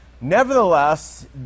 Nevertheless